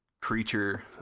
creature